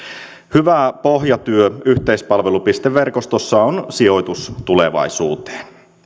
hyvä pohjatyö yhteispalvelupisteverkostossa on sijoitus tulevaisuuteen